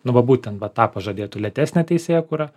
nu va būtent va tą pažadėtų lėtesnę teisėkūrą